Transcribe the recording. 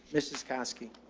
mrs koski